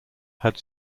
had